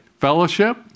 Fellowship